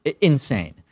Insane